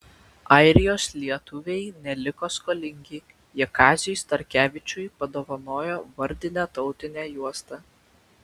airijos lietuviai neliko skolingi jie kaziui starkevičiui padovanojo vardinę tautinę juostą